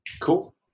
Cool